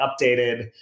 updated